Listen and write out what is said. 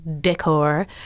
decor